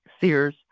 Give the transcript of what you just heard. Sears